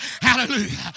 Hallelujah